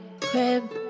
crib